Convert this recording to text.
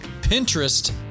Pinterest